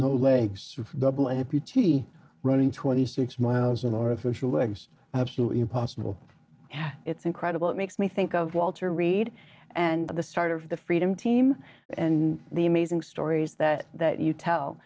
no legs double amputee running twenty six miles an hour official records absolutely impossible it's incredible it makes me think of walter reed and the start of the freedom team and the amazing stories that that you tell